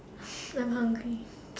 I'm hungry